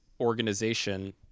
organization